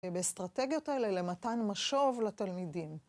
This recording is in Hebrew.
באסטרטגיות האלה למתן משוב לתלמידים.